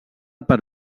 per